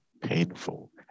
painful